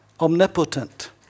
omnipotent